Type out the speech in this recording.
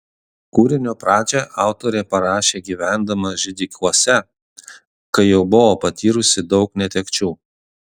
kūrinio pradžią autorė parašė gyvendama židikuose kai jau buvo patyrusi daug netekčių